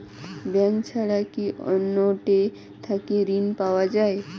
Bank ছাড়া কি অন্য টে থাকি ঋণ পাওয়া যাবে?